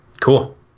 Cool